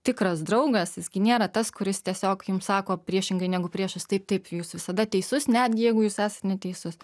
tikras draugas jis gi nėra tas kuris tiesiog jum sako priešingai negu priešas taip taip jūs visada teisus netgi jeigu jūs esat neteisus